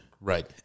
Right